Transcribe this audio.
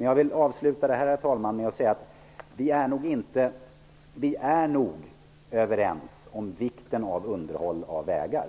Jag vill avsluta med att säga att vi nog är överens om vikten av underhåll av vägar.